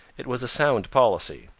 it was a sound policy.